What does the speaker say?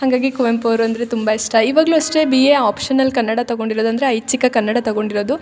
ಹಂಗಾಗಿ ಕುವೆಂಪು ಅವ್ರಂದರೆ ತುಂಬ ಇಷ್ಟ ಇವಾಗಲೂ ಅಷ್ಟೇ ಬಿ ಎ ಆಪ್ಷನಲ್ ಕನ್ನಡ ತಗೊಂಡಿರೋದಂದರೆ ಐಚ್ಚಿಕ ಕನ್ನಡ ತಗೊಂಡಿರೋದು